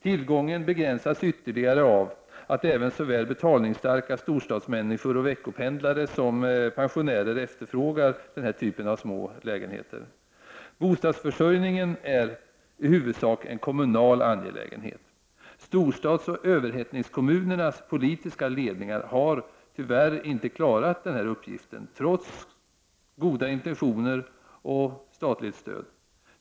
Tillgången begränsas ytterligare av att även såväl betalningsstarka storstadsmänniskor och veckopendlare som pensionärer efterfrågar denna typ av små lägenheter. Bostadsförsörjningen är i huvudsak en kommunal angelägenhet. Storstadsoch överhettningskommunernas politiska ledningar har tyvärr inte klarat denna uppgift, trots goda intentioner och statligt stöd.